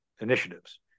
initiatives